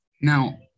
Now